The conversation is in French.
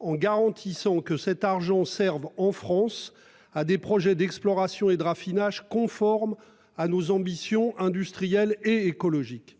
en garantissant que cet argent serve en France à des projets d'exploration et de raffinage conforme à nos ambitions industrielles et écologique.